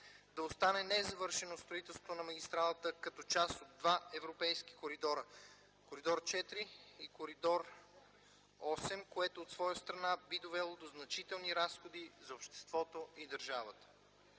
да остане незавършено строителството на магистралата, като част от два Европейски коридора – Коридор IV и Коридор VIII, което от своя страна би довело до значителни разходи за обществеността и държавата.